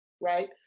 Right